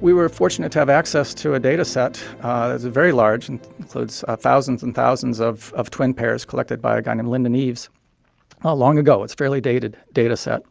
we were fortunate to have access to a data set. it's very large and includes thousands and thousands of of twin pairs, collected by a guy named lindon eaves long ago. it's a fairly dated data set,